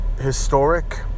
historic